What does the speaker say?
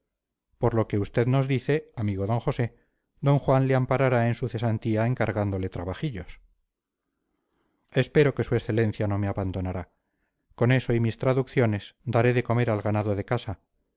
por lo que usted nos dice amigo d josé d juan le amparará en su cesantía encargándole trabajillos espero que su excelencia no me abandonará con eso y mis traducciones daré de comer al ganado de casa